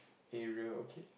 Ariel okay